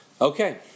Okay